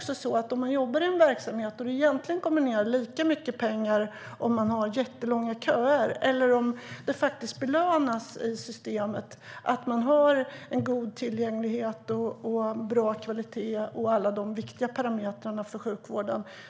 Säg att det finns en verksamhet dit det kommer lika mycket pengar även om man har jättelånga köer och en där det faktiskt belönas i systemet att man har god tillgänglighet, bra kvalitet och alla andra viktiga parametrar för sjukvården.